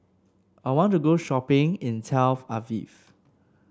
I want to go shopping in Tel Aviv